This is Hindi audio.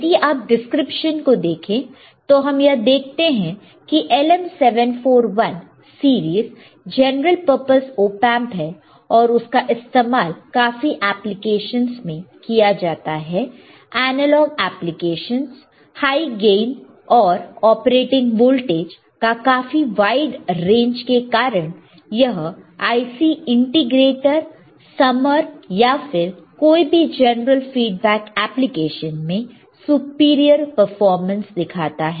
यदि आप डिस्क्रिप्शन को देखें तो हम यह देखते हैं कि LM 741 series general purpose op amp है और उसका इस्तेमाल काफी एप्लीकेशंस में किया जाता है एनालॉग एप्लीकेशन हाई गेन और ऑपरेटिंग वोल्टेज का काफी वाइड रेंज के कारण यह IC इंटीग्रेटर समर या फिर कोई भी जनरल फीडबैक एप्लीकेशन में सुपीरियर परफॉर्मेंस दिखाता है